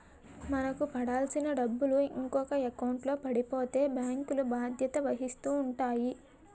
మనకు పడాల్సిన డబ్బులు ఇంకొక ఎకౌంట్లో పడిపోతే బ్యాంకులు బాధ్యత వహిస్తూ ఉంటాయి